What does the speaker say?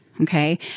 Okay